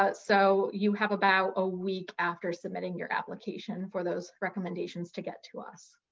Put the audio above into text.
ah so you have about a week after submitting your application for those recommendations to get to us.